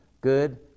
good